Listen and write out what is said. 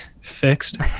Fixed